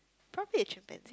probably a chimpanzee